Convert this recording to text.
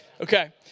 Okay